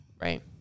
Right